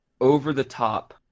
over-the-top